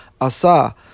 Asa